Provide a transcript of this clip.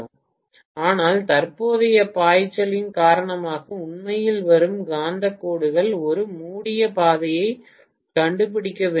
பேராசிரியர் ஆனால் தற்போதைய பாய்ச்சலின் காரணமாக உண்மையில் வரும் காந்த கோடுகள் ஒரு மூடிய பாதையை கண்டுபிடிக்க வேண்டும்